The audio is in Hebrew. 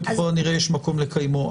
וככל הנראה יש מקום לקיימו.